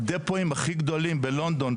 הדפואים הכי גדולים בלונדון,